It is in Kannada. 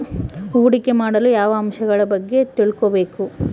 ಹೂಡಿಕೆ ಮಾಡಲು ಯಾವ ಅಂಶಗಳ ಬಗ್ಗೆ ತಿಳ್ಕೊಬೇಕು?